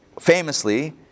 famously